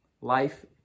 life